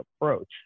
approach